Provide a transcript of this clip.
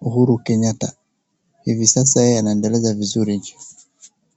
Uhuru Kenyatta. Hivi sasa yeye anaendeleza vizuri nchi.